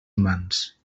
humans